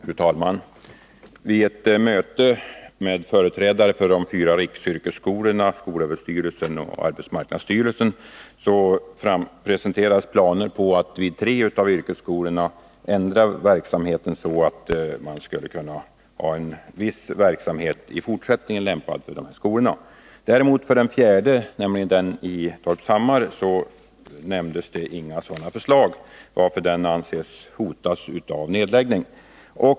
Fru talman! Jag ber att få tacka arbetsmarknadsministern för svaret på min fråga. Vid ett möte med företrädare för de fyra riksyrkesskolorna, skolöverstyrelsen och arbetsmarknadsstyrelsen presenterades planer på att man vid tre av yrkesskolorna skulle ändra verksamheten så att man skulle ha en viss verksamhet lämpad för skolorna också i fortsättningen. För den fjärde, den i Torpshammar, nämndes det däremot inga sådana förslag, varför den anses vara hotad av nedläggning.